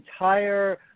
entire